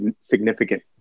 significant